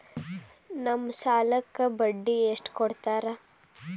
ನಮ್ ಸಾಲಕ್ ಬಡ್ಡಿ ಎಷ್ಟು ಹಾಕ್ತಾರ?